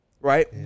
right